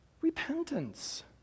Repentance